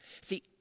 See